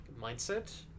mindset